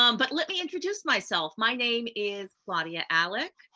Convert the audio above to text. um but let me introduce myself. my name is claudia alick.